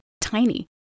tiny